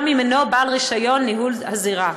גם אם אינו בעל רישיון לניהול הזירה.